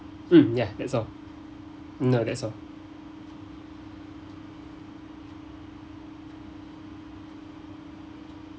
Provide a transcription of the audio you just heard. mm ya that's all mm no that's all